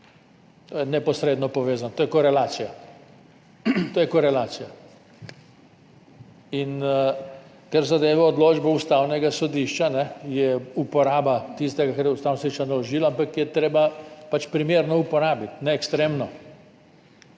To je neposredno povezano, to je korelacija. To je korelacija. Kar zadeva odločbo Ustavnega sodišča, je uporaba tistega, kar je Ustavno sodišče naložilo, ampak je treba pač primerno uporabiti, ne ekstremno.